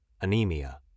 anemia